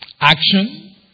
action